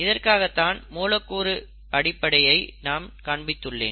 இதற்காகத்தான் மூலக்கூறு அடிப்படையை நான் காண்பித்துள்ளேன்